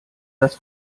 das